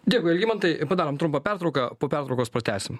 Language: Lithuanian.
dėkui algimantai padarome trumpą pertrauką po pertraukos pratęsim